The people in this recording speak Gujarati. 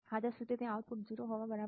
આદર્શરીતે આઉટપુટ 0 હોવા સિવાય